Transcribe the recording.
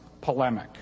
polemic